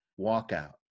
walkout